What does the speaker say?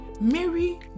Mary